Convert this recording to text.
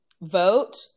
vote